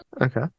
Okay